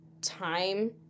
time